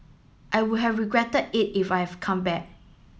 I would have regretted it if I've come back